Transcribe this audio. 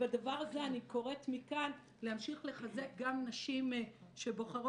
בדבר הזה אני קוראת מכאן להמשיך לחזק גם נשים שבוחרות,